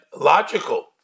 logical